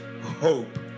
hope